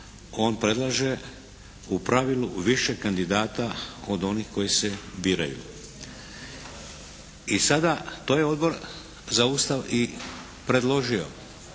on predlaže u pravilu u više kandidata od onih koji se biraju. I sada to je Odbor za Ustav i predložio.